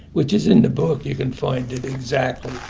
which is in the book, you can find exactly